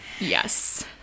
Yes